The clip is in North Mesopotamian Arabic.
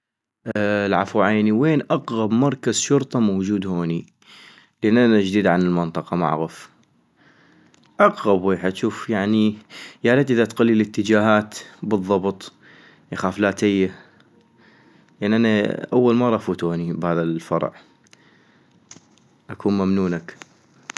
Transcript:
العفو عيني وين اقغب مركز شرطة موجود هوني؟ لان أنا جديد عن المنطقة معغف - اقغب ويحد شوف يعني يا ريت اذا تقلي الاتجاهات بالضبط أخاف لا اتيه، لان أنا أول مرة افوت هوني بهذا الفرع ، أكون ممنونك